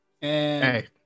Hey